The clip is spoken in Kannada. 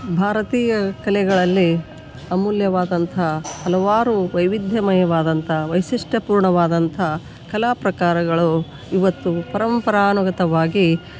ಭಾರತೀಯ ಕಲೆಗಳಲ್ಲಿ ಅಮೂಲ್ಯವಾದಂಥ ಹಲವಾರು ವೈವಿಧ್ಯಮಯವಾದಂಥ ವೈಶಿಷ್ಟ್ಯ ಪೂರ್ಣವಾದಂಥ ಕಲಾ ಪ್ರಕಾರಗಳು ಇವತ್ತು ಪರಂಪರಾನುಗತವಾಗಿ